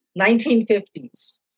1950s